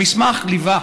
המסמך לווה